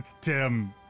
Tim